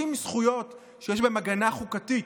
50 זכויות, שיש בהן הגנה חוקתית,